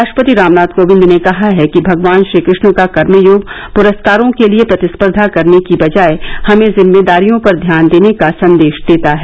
राष्ट्रपति रामनाथ कोविंद ने कहा है कि भगवान श्रीकृष्ण का कर्मयोग पुरस्कारों के लिए प्रतिसर्धा करने की बजाय हमें जिम्मेदारियों पर ध्यान देने का संदेश देता है